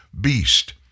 beast